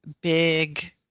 big